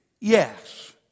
Yes